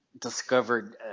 discovered